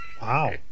Wow